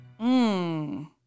Mmm